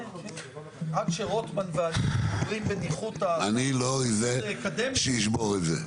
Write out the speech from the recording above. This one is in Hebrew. עד שרוטמן ואני מדברים בניחותא --- אני לא אהיה זה שאשבור את זה.